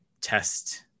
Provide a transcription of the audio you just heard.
test